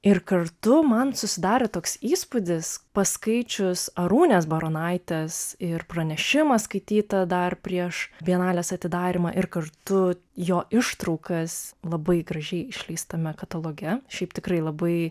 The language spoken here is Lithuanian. ir kartu man susidarė toks įspūdis paskaičius arūnės baronaitės ir pranešimą skaitytą dar prieš bienalės atidarymą ir kartu jo ištraukas labai gražiai išleistame kataloge šiaip tikrai labai